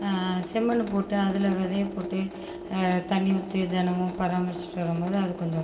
செம்மண்ணு போட்டு அதில் விதைய போட்டு தண்ணி ஊற்றி தினமு பராமரிச்சுட்டு வரும் போது அது கொஞ்சம்